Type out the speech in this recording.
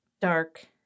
Dark